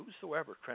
Whosoever